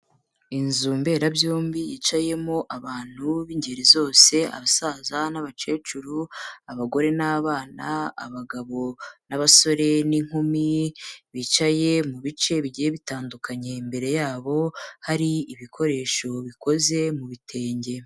Inzu mberabyombi yicayemo abantu b'ingeri zose abasaza n'abakecuru, abagore n'abana, abagabo n'abasore n'inkumi bicaye mu bice bigiye bitandukanye, imbere yabo hari ibikoresho bikoze mu bitenge.